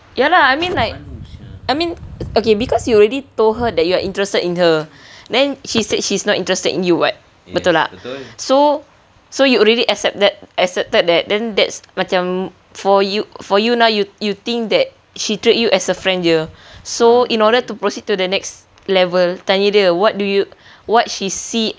ya lah I mean like I mean okay because you already told her that you are interested in her then she said she's not interested in you [what] betul tak so so you already accepted accepted that then that's macam for you for you now you think that she treat you as a friend jer so in order to proceed to the next level tanya dia what do you what she see